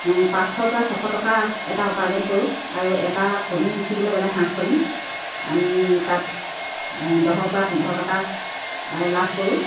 পাঁচশৰ পৰা ছশ টকা এটা উপাৰ্জন কৰোঁ আৰু এটা কণী বিকিবলৈ গ'লে হাঁহ কণী আমি তাত দহৰ পৰা পোন্ধৰ টকা লাভ কৰোঁ